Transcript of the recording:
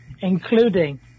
including